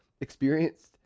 experienced